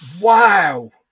Wow